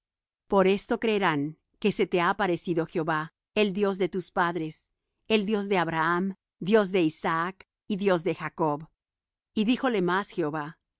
por esto creerán que se te ha aparecido jehová el dios de tus padres el dios de abraham dios de isaac y dios de jacob y díjole más jehová